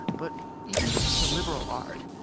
but even just as a liberal art,